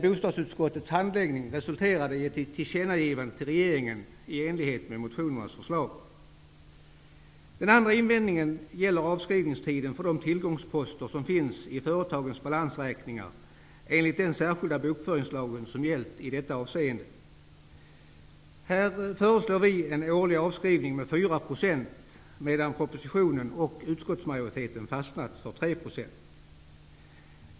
Bostadsutskottets handläggning resulterade i ett tillkännagivande till regeringen i enlighet med motionernas förslag. Den andra invändningen gäller avskrivningstiden för de tillgångsposter som finns i företagens balansräkningar enligt den särskilda bokföringslag som gällt i detta avseende. Vi föreslår i detta sammanhang en årlig avskrivning med 4 %, medan propositionen och utskottsmajoriteten har fastnat för 3 %.